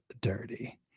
dirty